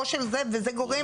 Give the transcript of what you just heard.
וזה גורם